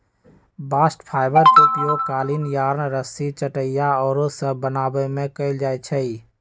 bast fibre के उपयोग कालीन, यार्न, रस्सी, चटाइया आउरो सभ बनाबे में कएल जाइ छइ